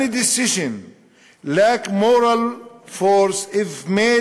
Any decisions lack moral force if made